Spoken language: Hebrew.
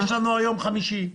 היום יום חמישי,